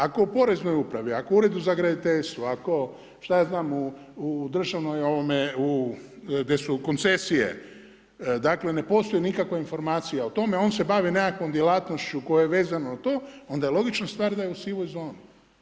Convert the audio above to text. Ako u poreznoj upravi, ako u Uredu za graditeljstvo, ako šta ja znam u državnoj, ovome, gdje su koncesije, dakle ne postoji nikakva informacija o tome on se bavi nekakvom djelatnošću koja je vezana za to, onda je logična stvar da je u sivoj zoni.